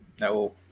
No